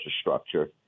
structure